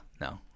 no